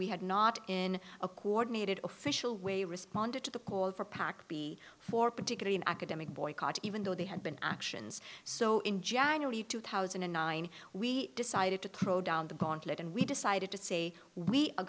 we had not in a coordinated official way responded to the call for pact be for particular an academic boycott even though they had been actions so in january two thousand and nine we decided to throw down the gauntlet and we decided to say we are